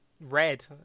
Red